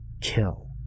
kill